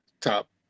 top